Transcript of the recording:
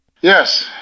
yes